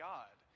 God